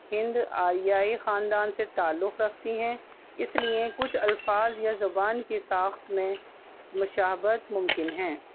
ہند آریائی خاندان سے تعلق رکھتی ہیں اس لیے کچھ الفاظ یا زبان کی ساخت میں مشابہت ممکن ہیں